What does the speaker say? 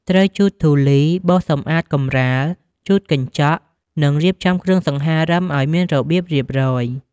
ត្រូវជូតធូលី បោសសំអាតកម្រាល ជូតកញ្ចក់ និងរៀបចំគ្រឿងសង្ហារឹមឱ្យមានរបៀបរៀបរយ។